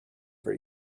for